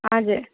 हजुर